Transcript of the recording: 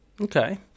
Okay